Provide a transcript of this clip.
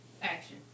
Action